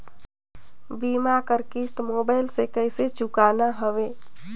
बीमा कर किस्त मोबाइल से कइसे चुकाना हवे